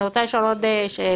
אני רוצה לשאול עוד שאלה,